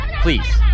please